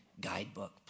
guidebook